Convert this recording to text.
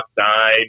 outside